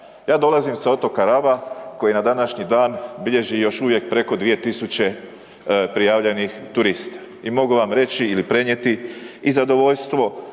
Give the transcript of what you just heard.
Ja dolazim sa otoka Raba koji na današnji dan bilježi još uvije preko 2.000 prijavljenih turista i mogu vam reći ili prenijeti i zadovoljstvo